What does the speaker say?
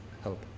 help